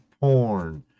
porn